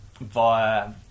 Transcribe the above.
via